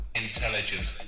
intelligence